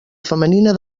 femenina